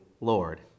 Lord